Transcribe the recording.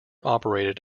operated